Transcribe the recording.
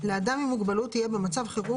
לאדם עם מוגבלות תהיה במצב חירום